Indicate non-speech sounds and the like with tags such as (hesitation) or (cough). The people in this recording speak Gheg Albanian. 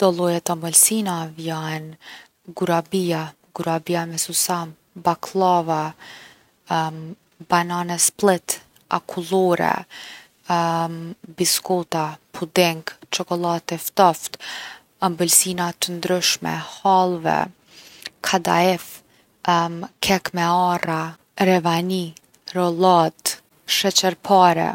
Do lloje t’omëlsinave jon gurabija, gurabija me susam, bakllava, banane split, akullore (hesitation) biskota, puding, çokolladë e ftoftë, ëmbëlsina t’ndryshme, hallve, kadaif, kek me arra, ravani, rolladë, sheqerpare.